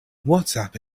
whatsapp